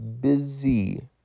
busy